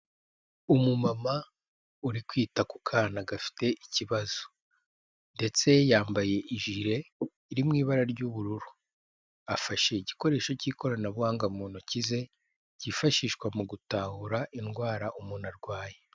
Umumama uri kwita ku kana gafite ikibazo ndetse yambaye ijile iri mu ibara ry'ubururu afashe igikoresho cy'ikoranabuhanga mu ntoki ze cyifashishwa mu gutahura indwara umuntu arwaye.